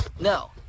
No